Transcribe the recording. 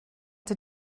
did